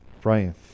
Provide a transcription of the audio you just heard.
Brian